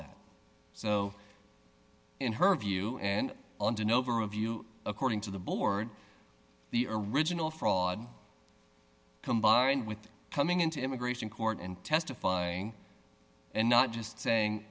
that so in her view and in over a view according to the board the original fraud combined with coming into immigration court and testifying and not just saying